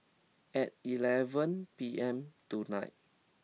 at eleven P M tonight